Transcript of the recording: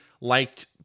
liked